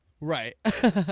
right